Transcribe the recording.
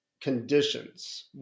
conditions